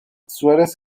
suárez